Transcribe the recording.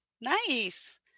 Nice